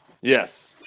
Yes